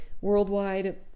worldwide